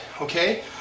okay